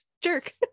jerk